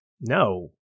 No